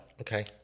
Okay